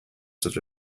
such